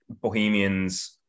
Bohemians